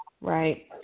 right